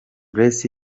grace